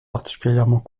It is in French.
particulièrement